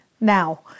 now